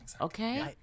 okay